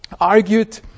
argued